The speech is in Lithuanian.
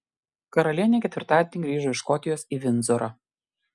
karalienė ketvirtadienį grįžo iš škotijos į vindzorą